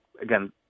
again